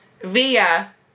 via